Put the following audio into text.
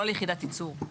לא ליחידת ייצור.